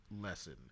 lesson